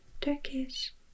Turkish